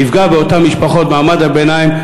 יפגע באותן משפחות מעמד הביניים,